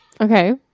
Okay